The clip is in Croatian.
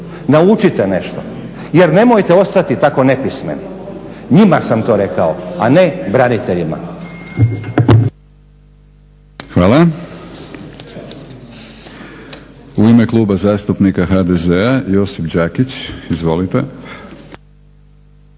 naučiti nešto. Jer nemojte ostati tako nepismeni. Njima sam to rekao, a ne braniteljima. **Batinić, Milorad (HNS)** Hvala. U ime Kluba zastupnika HDZ-a Josip Đakić, izvolite.